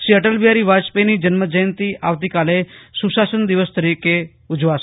શ્રી અટલ બિહારી વાજપેયીના જન્મજયંતિ આવતીકાલે સુશાસન દિવસ તરીકે ઉજવણી કરાશે